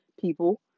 people